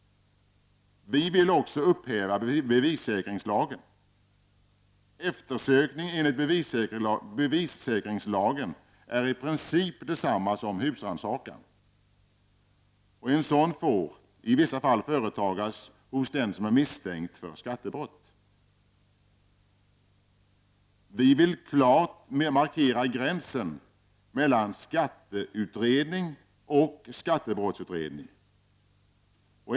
Vi vill också upphäva bevissäkringslagen. Eftersökning enligt bevissäkringslagen är i princip detsamma som husrannsakan. En sådan får i vissa fall företas hos den som är misstänkt för skattebrott. Vi vill klart markera gränsen mellan skatteutredning och skattebrottsutredning.